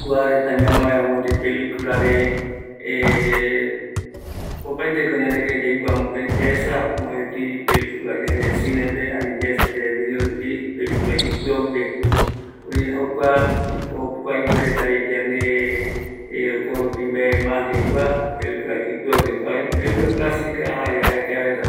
kuareta ñamae vaera mopeti peliculare, opaeteko ñanekïreï yaikua, yaesa peliculare jayaesa yae cinepe, ani videorupi yaipota ñamae pelicula ipöraguere, jokua, jokua ipueretavi yande jokoropi mas yaikua, pelicula reta clasica jare jokua arakaevareta,